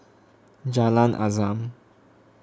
Jalan Azam